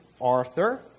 Arthur